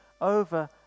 over